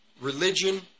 religion